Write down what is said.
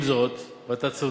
עם זאת, ואתה צודק,